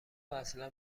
اصلا